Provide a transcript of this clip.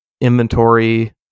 inventory